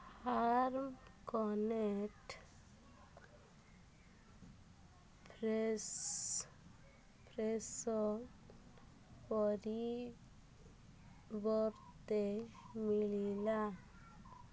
farm cornet fresh ଫ୍ରେଶୋ ପରିବର୍ତ୍ତେ ମିଳିଲା